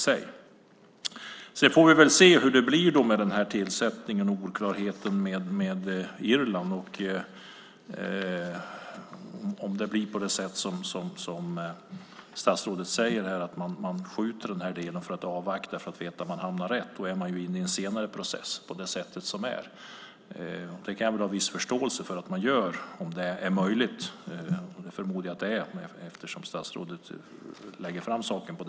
Vi får väl se hur det blir med tillsättningen och oklarheten med Irland, om det blir som statsrådet säger att man avvaktar detta för att veta att man hamnar rätt. Då är man inne i en senare process. Jag kan ha viss förståelse för att man gör så - om det är möjligt, och det förmodar jag att det är eftersom statsrådet lägger fram saken så.